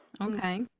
okay